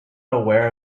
aware